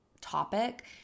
topic